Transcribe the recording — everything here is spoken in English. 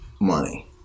money